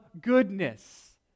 goodness